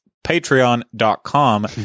patreon.com